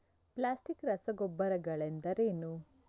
Plastic ರಸಗೊಬ್ಬರಗಳೆಂದರೇನು?